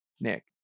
Nick